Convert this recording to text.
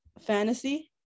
fantasy